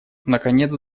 наконец